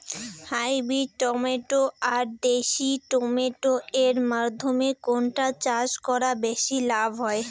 Hybrid tomato আর দেশি tomato এর মইধ্যে কোনটা চাষ করা বেশি লাভ হয়?